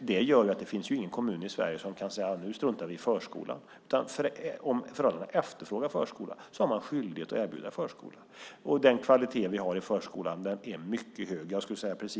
Det gör att det inte finns någon kommun i Sverige som kan säga att nu struntar vi i förskolan. Om föräldrarna efterfrågar förskola har man skyldighet att erbjuda förskola. Den kvalitet vi har i förskolan är mycket hög.